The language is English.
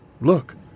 look